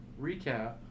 Recap